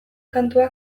kantua